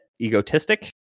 egotistic